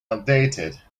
outdated